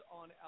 on